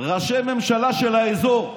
ראשי ממשלה של האזור.